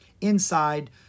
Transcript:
Inside